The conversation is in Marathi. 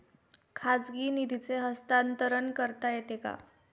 खाजगी निधीचे हस्तांतरण करता येते का?